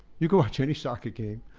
you can watch any soccer game,